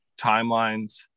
timelines